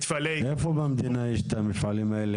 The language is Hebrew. איפה במדינה יש את המפעלים האלה?